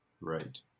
Right